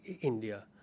India